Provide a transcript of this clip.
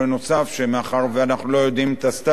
שמאחר שאנחנו לא יודעים את הסטטוס שלו,